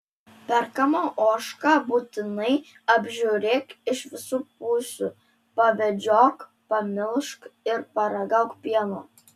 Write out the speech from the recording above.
perkamą ožką būtinai apžiūrėk iš visų pusių pavedžiok pamelžk ir paragauk pieno